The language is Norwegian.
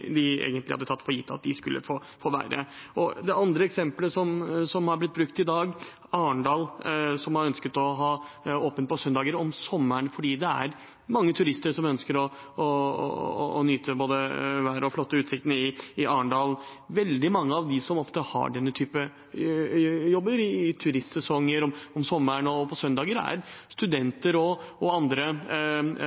skulle få. Det andre eksempelet som har blitt brukt i dag, er Arendal, som har ønsket å holde åpent på søndager om sommeren, fordi det er mange turister som ønsker å nyte både været og den flotte utsikten i Arendal. Veldig mange av dem som ofte har denne typen jobber, i turistsesongen, om sommeren og på søndager, er